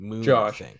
Josh